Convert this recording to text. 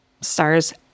Stars